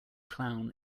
clown